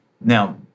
Now